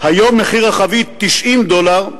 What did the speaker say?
היום מחיר החבית 90 דולר,